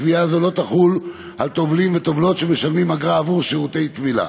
קביעה זו לא תחול על טובלים וטובלות שמשלמים אגרה עבור שירותי טבילה.